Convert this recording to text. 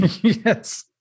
Yes